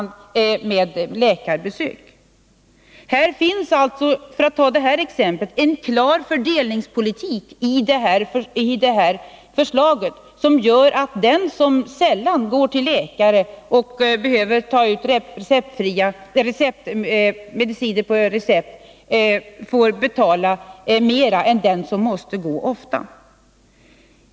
Det finns alltså — för att ta just det här exemplet — en klar fördelningspolitik i det här förslaget, som gör att den som sällan går till läkare och sällan behöver ta ut mediciner på recept får betala allt i förhållande till den som måste gå ofta.